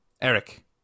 Eric